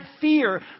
fear